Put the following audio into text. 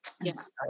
Yes